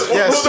yes